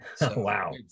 Wow